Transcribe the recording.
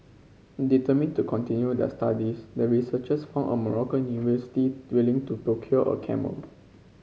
determined to continue their studies the researchers found a Moroccan university to procure a camel